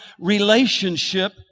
relationship